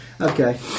Okay